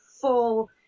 full